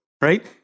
right